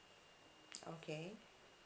okay